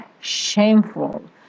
shameful